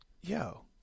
Yo